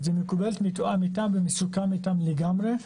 מקובלת, מתואם אתם ומסוכם אתם לגמרי,